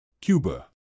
Cuba